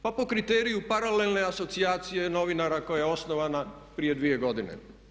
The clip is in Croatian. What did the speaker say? Pa po kriteriju paralelne asocijacije novinara koja je osnovana prije 2 godine.